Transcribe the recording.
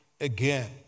again